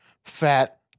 Fat